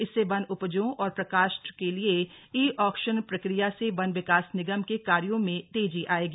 इससे वन उपजों और प्रकाष्ठ के लिए ई ऑक्शन प्रक्रिया से वन विकास निगम के कार्यो में तेजी आयेगी